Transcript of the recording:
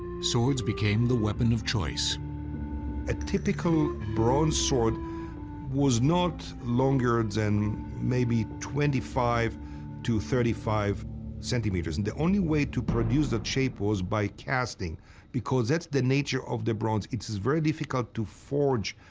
swords became the weapon of choice. eylon a typical bronze sword was not longer than maybe twenty five to thirty five centimeters. and the only way to produce that shape was by casting because that's the nature of the bronze. it's it's very difficult to forge,